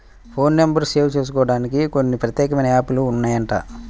phone నెంబర్లు save జేసుకోడానికి కొన్ని ప్రత్యేకమైన యాప్ లు ఉన్నాయంట